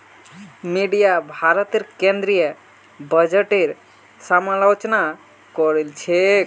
media भारतेर केंद्रीय बजटेर समालोचना करील छेक